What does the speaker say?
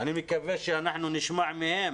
אני מקווה שאנחנו נשמע מהם